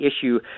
issue